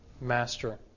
master